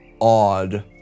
odd